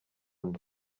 nde